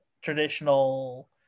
traditional